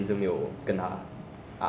一久 ah 没有沟通